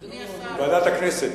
ועדת הכנסת.